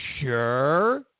sure